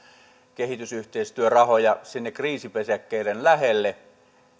kehitysyhteistyörahoja sinne kriisipesäkkeiden lähelle